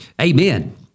amen